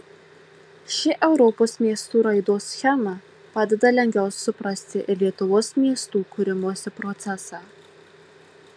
ši europos miestų raidos schema padeda lengviau suprasti ir lietuvos miestų kūrimosi procesą